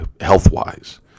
health-wise